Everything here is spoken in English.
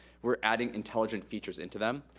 we're adding intelligent features into them,